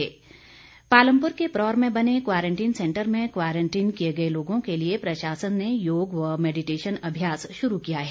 योग पालमपुर के परौर में बने क्वारंटीन सेंटर में क्वारंटीन किए गए लोगों के लिए प्रशासन ने याग व मैडिटेशन अभ्यास शुरू किया है